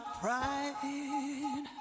pride